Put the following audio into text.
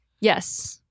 Yes